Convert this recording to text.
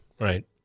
Right